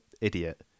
idiot